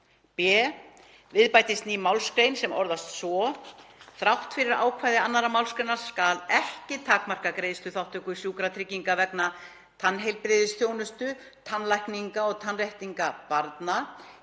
b. Við bætist ný málsgrein sem orðast svo: Þrátt fyrir ákvæði 2. mgr. skal ekki takmarka greiðsluþátttöku sjúkratrygginga vegna tannheilbrigðisþjónustu, tannlækninga og tannréttinga barna.